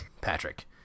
Patrick